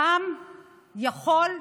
העם יכול,